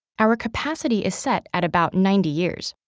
our capacity is set at about ninety years.